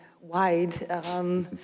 wide